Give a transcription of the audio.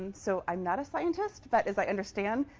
so i'm not a scientist, but as i understand,